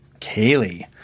Kaylee